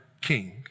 king